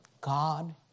God